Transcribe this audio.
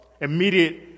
Immediate